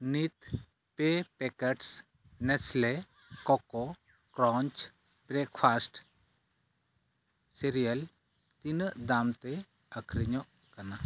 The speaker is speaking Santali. ᱱᱤᱛ ᱯᱮ packets Nestle Koko Krunch breakfast cereal ᱛᱤᱱᱟᱹᱜ ᱫᱟᱢᱛᱮ ᱟᱹᱠᱷᱨᱤᱧᱚᱜ ᱠᱟᱱᱟ